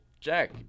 Jack